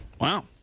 Wow